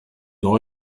neu